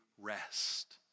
rest